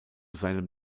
seinem